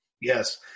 Yes